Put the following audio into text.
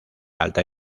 alta